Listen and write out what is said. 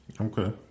Okay